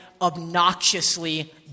obnoxiously